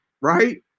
right